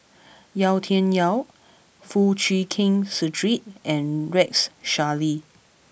Yau Tian Yau Foo Chee Keng Cedric and Rex Shelley